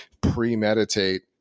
premeditate